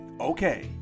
Okay